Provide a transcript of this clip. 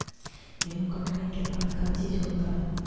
गेहूं कटाई के बाद का चीज होता है?